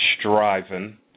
Striving